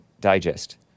Digest